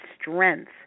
Strength